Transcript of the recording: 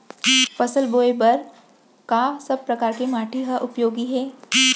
फसल बोए बर का सब परकार के माटी हा उपयोगी हे?